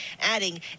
adding